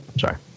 Sorry